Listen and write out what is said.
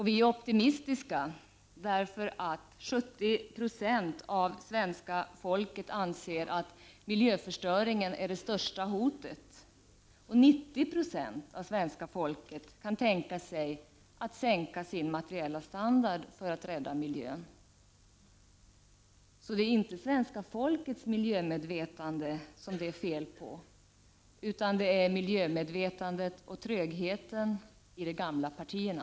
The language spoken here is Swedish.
Vi är optimistiska med tanke på att 70 96 av svenska folket anser att miljöförstöringen är det största hotet och med tanke på att 90 96 av svenska folket kan tänka sig sig att sänka sin materiella standard för att rädda miljön. Det är alltså inte svenska folkets miljömedvetande som det är fel på. utan på miljömedvetenheten i de gamla och tröga partierna.